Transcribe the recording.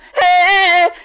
Hey